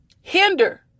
hinder